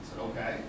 Okay